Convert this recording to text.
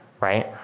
right